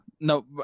No